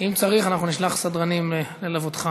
אם צריך, נשלח סדרנים ללוותך